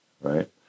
right